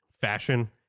fashion